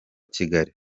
kigali